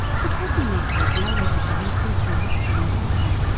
the coffee maker is now ready for rinsing through with clean water.